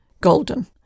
golden